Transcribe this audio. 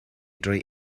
drwy